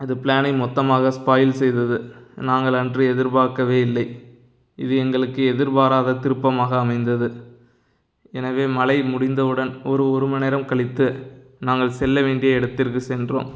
இது ப்ளானை மொத்தமாக ஸ்பாயில் செய்தது நாங்கள் அன்று எதிர்பார்க்கவே இல்லை இது எங்களுக்கு எதிர்பாராத திருப்பமாக அமைந்தது எனவே மழை முடிந்தவுடன் ஒரு ஒருமணி நேரம் கழித்து நாங்கள் செல்ல வேண்டிய இடத்திற்கு சென்றோம்